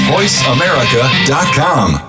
VoiceAmerica.com